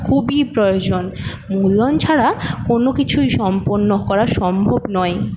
খুবই প্রয়োজন মূলধন ছাড়া কোন কিছুই সম্পূর্ণ করা সম্ভব নয়